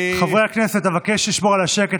חברי הכנסת, אבקש לשמור על השקט.